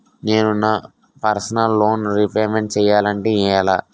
నేను నా personal loan repayment చేయాలంటే ఎలా?